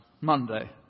Monday